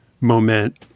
moment